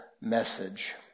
message